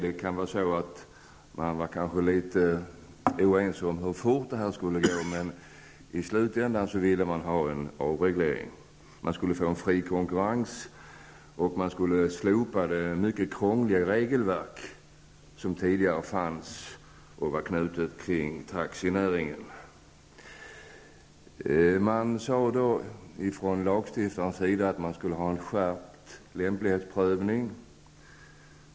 Må vara att man var litet oense om hur fort det här skulle gå, men i slutändan ville man ha en avreglering. Det skulle bli en fri konkurrens, och man skulle slopa det mycket krångliga regelverk som tidigare var knutet till taxinäringen. Lagstiftaren framhöll att det skulle bli en skärpning av lämplighetsprövningen.